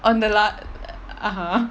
on the lot~ (uh huh)